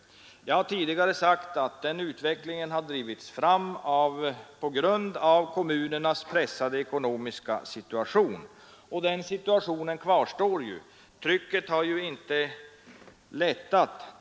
Jag har tidigare sagt att den utvecklingen i hög grad drivits fram genom kommunernas pressade ekonomiska situation. Men den situationen kvarstår ju. Det ekonomiska trycket har inte lättat.